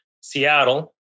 Seattle